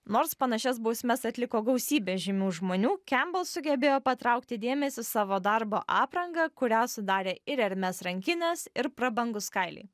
nors panašias bausmes atliko gausybė žymių žmonių kembel sugebėjo patraukti dėmesį savo darbo apranga kurią sudarė ir hermes rankinės ir prabangūs kailiai